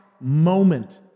moment